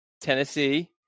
Tennessee